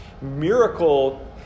miracle